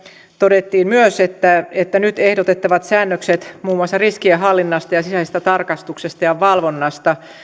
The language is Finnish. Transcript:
todettiin myös että että nyt ehdotettavat säännökset muun muassa riskien hallinnasta ja sisäisestä tarkastuksesta ja valvonnasta